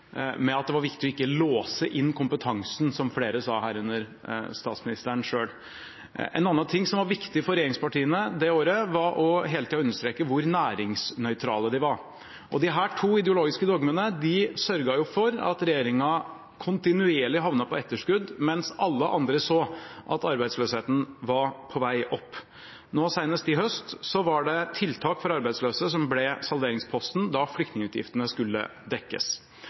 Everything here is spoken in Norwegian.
med at det var viktig ikke å låse inn kompetansen, som flere sa, herunder statsministeren selv. En annen ting som var viktig for regjeringspartiene det året, var hele tida å understreke hvor næringsnøytrale de var. Disse to ideologiske dogmene sørget for at regjeringen kontinuerlig havnet på etterskudd, mens alle andre så at arbeidsløsheten var på vei opp. Seinest i høst var det tiltak for arbeidsløse som ble salderingsposten da flyktningutgiftene skulle dekkes.